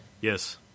Yes